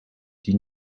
die